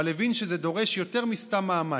אבל הבין שזה דורש יותר מסתם מאמץ,